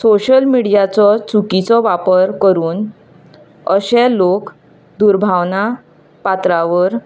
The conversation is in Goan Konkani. सोशियल मिडियाचो चुकिचो वापर करून अशे लोक दुर्भावना पातळावन